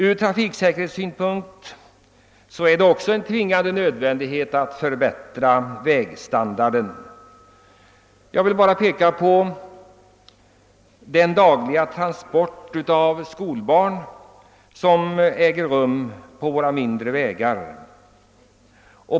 Från trafiksäkerhetssynpunkt är det också en tvingande nödvändighet att förbättra vägstandarden. Jag vill bara peka på den dagliga transporten av skolbarn på våra mindre vägar.